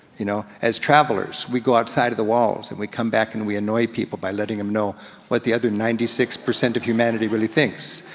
you know as travelers we go outside of the walls, and we come back and we annoy people by letting em know what the other ninety six percent of humanity really thinks.